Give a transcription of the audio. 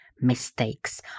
mistakes